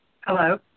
Hello